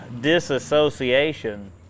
disassociation